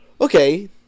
okay